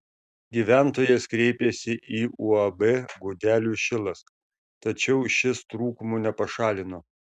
gyventojas kreipėsi į uab gudelių šilas tačiau šis trūkumų nepašalino